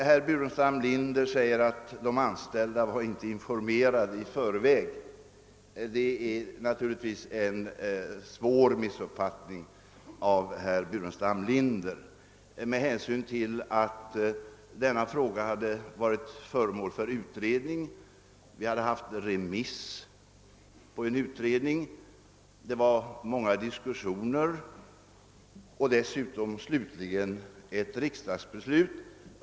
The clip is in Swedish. Herr Burenstam Linder sade att de anställda inte var informerade i förväg. Det är naturligtvis en svår missuppfattning av herr Burenstam Linder med hänsyn till att denna fråga hade varit föremål för utredning, utredningen hade varit på remiss, många diskussioner hade förts och slutligen hade ett riksdagsbeslut fattats.